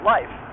Life